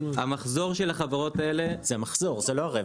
זה המחזור, זה לא הרווח.